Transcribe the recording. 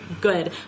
good